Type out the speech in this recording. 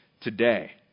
today